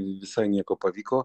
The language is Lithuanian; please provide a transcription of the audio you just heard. visai nieko pavyko